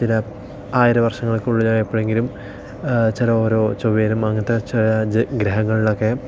ചില ആയിരം വർഷങ്ങൾക്ക് ഉള്ളിൽ എപ്പോഴെങ്കിലും ചില ഓരോ ചൊവ്വയിലും അങ്ങനത്തെ ചില ഗ്രഹങ്ങളിൽ ഒക്കെ